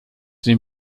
dem